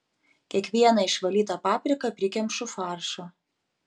kiekvieną išvalytą papriką prikemšu faršo